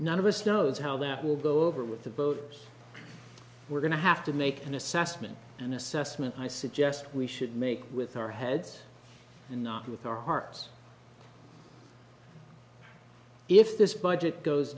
none of us knows how that will go over with the voters we're going to have to make an assessment an assessment i suggest we should make with our heads and not with our hearts if this budget goes